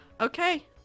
Okay